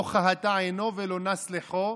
לא כהתה עינו ולא נס לחו,